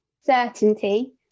certainty